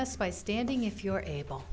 us by standing if you are able